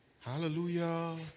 Hallelujah